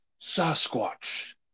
Sasquatch